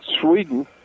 Sweden